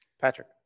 Patrick